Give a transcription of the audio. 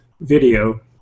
video